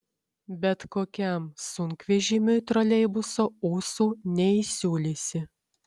bet kokiam sunkvežimiui troleibuso ūsų neįsiūlysi